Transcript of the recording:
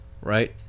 Right